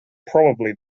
probably